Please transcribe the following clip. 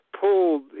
pulled